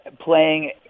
playing